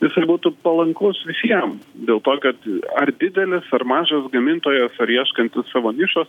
jisai būtų palankus visiem dėl to kad ar didelis ar mažas gamintojas ar ieškantis savo nišos